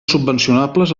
subvencionables